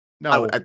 No